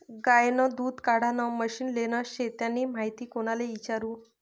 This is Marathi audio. गायनं दूध काढानं मशीन लेनं शे त्यानी माहिती कोणले इचारु?